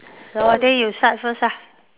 so I think you start first lah